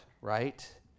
right